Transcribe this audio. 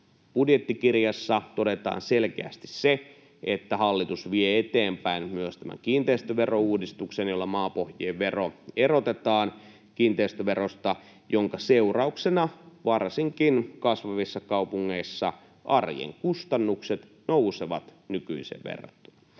budjettikirjassa todetaan selkeästi se, että hallitus vie eteenpäin myös tämän kiinteistöverouudistuksen, jolla maapohjien vero erotetaan kiinteistöverosta ja jonka seurauksena varsinkin kasvavissa kaupungeissa arjen kustannukset nousevat nykyiseen verrattuna.